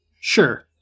Sure